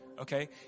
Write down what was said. Okay